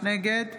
נגד